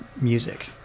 music